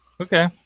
Okay